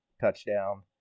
touchdown